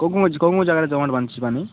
କେଉଁ କେଉଁ କେଉଁ କେଉଁ ଜାଗାରେ ଜମାଟ ବାନ୍ଧିଛି ପାଣି